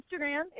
Instagram